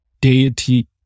deity